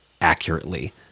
accurately